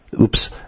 Oops